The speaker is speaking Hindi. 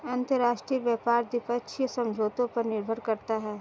अंतरराष्ट्रीय व्यापार द्विपक्षीय समझौतों पर निर्भर करता है